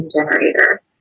generator